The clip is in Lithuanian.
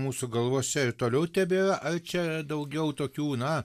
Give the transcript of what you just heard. mūsų galvose ir toliau tebėra ar čia daugiau tokių na